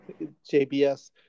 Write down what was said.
JBS